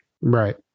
Right